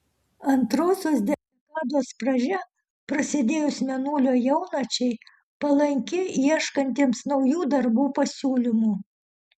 antrosios dekados pradžia prasidėjus mėnulio jaunačiai palanki ieškantiems naujų darbų pasiūlymų